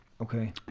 Okay